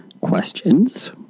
questions